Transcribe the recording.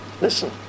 listen